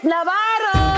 Navarro